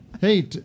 Hey